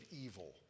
evil